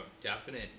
definite